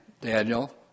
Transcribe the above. Daniel